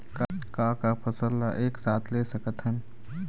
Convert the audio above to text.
का का फसल ला एक साथ ले सकत हन?